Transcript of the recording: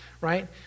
right